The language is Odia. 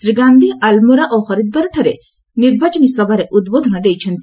ଶ୍ରୀ ଗାନ୍ଧି ଆଲ୍ମୋରା ଓ ହରିଦ୍ୱାରଠାରେ ମଧ୍ୟ ନିର୍ବାଚନୀ ସଭାରେ ଉଦ୍ବୋଧନ ଦେଇଛନ୍ତି